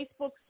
Facebook